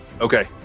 okay